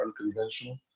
unconventional